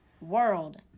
world